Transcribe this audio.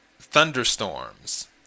thunderstorms